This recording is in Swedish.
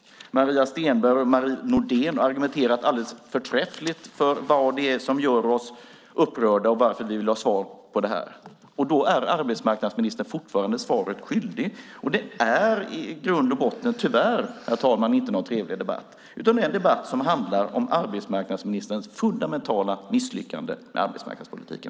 Maria Stenberg och Marie Nordén har argumenterat alldeles förträffligt för vad det är som gör oss upprörda och varför vi vill ha svar på detta. Arbetsmarknadsministern är fortfarande svaret skyldig. I grund och botten är det tyvärr inte någon trevlig debatt. Det är en debatt som handlar om arbetsmarknadsministerns fundamentala misslyckande med arbetsmarknadspolitiken.